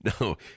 No